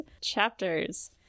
chapters